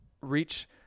reach